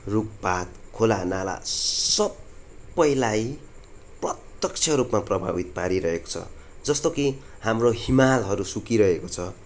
रुखपात खोलानाला सबैलाई प्रतक्ष रूपमा प्रभावित पारी रहेको छ जस्तो कि हाम्रो हिमालहरू सुकिरहेको छ